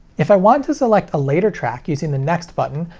if i want to select a later track using the next button,